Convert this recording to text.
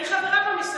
אני חברה במסדרת.